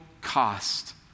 cost